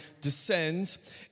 descends